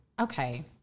Okay